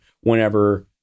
whenever